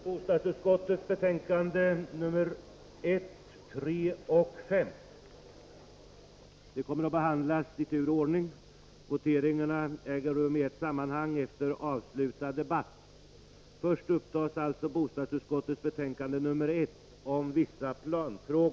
Trafikutskottets betänkanden 1, 4 och 5 kommer att behandlas i tur och ordning. Voteringarna äger rum i ett sammanhang.